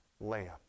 lamb